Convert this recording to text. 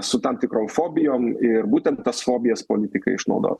su tam tikrom fobijom ir būtent tas fobijas politikai išnaudos